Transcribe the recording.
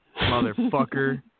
motherfucker